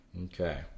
Okay